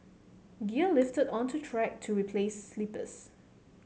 gear lifted unto track to replace sleepers